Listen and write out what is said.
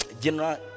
general